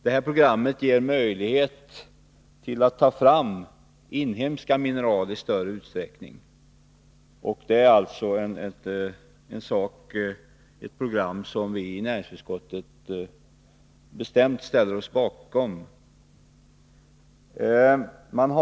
Detta program ger oss möjligheter att ta fram inhemska mineraler i större utsträckning, och i näringsutskottet ställer vi oss helt bakom detta.